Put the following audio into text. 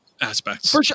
aspects